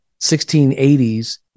1680s